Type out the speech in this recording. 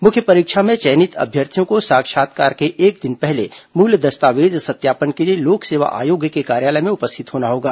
मुख्य परीक्षा में चयनित अभ्यर्थियों को साक्षात्कार के एक दिन पहले मूल दस्तावेज सत्यापन के लिए लोक सेवा आयोग के कार्यालय में उपस्थित होना होगा